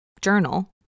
journal